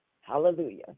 Hallelujah